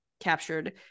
captured